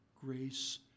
grace